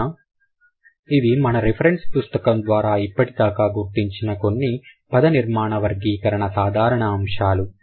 కావున ఇవి మన రిఫరెన్స్ పుస్తకం ద్వారా ఇప్పటిదాకా గుర్తించిన కొన్ని పదనిర్మాణ వర్గీకరణ సాధారణ అంశాలు